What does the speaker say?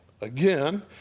again